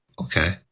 Okay